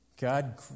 God